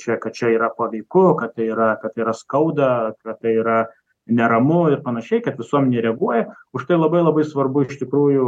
čia kad čia yra paveiku kad tai kad tai yra skauda kad tai yra neramu ir panašiai kad visuomenė reaguoja už tai labai labai svarbu iš tikrųjų